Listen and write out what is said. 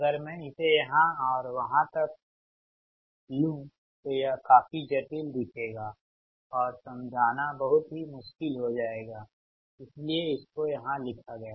अगर मैं इसे यहां और वहां तक हूं तो यह काफी जटिल दिखेगा और समझाना बहुत ही मुश्किल हो जाएगा इसीलिए इसको यहां लिखा गया